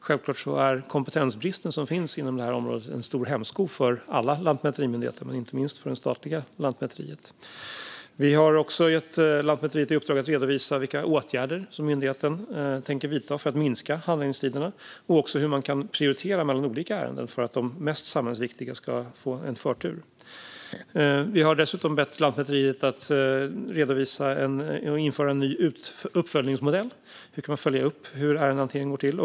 Självklart är kompetensbristen inom området en stor hämsko för alla lantmäterimyndigheter, inte minst för det statliga Lantmäteriet. Vi har också gett Lantmäteriet i uppdrag att redovisa vilka åtgärder myndigheten avser att vidta för att minska handläggningstiderna och hur man kan prioritera mellan olika ärenden för att de mest samhällsviktiga ska få förtur. Vi har dessutom bett Lantmäteriet att redovisa och införa en ny uppföljningsmodell om hur man kan följa upp hur ärendehanteringen går till.